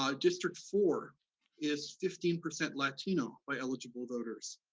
um district four is fifteen percent latino by eligible voters,